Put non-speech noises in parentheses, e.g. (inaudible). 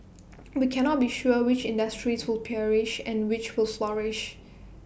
(noise) we cannot be sure which industries will perish and which will flourish